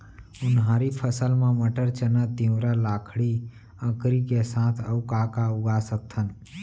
उनहारी फसल मा मटर, चना, तिंवरा, लाखड़ी, अंकरी के साथ अऊ का का उगा सकथन?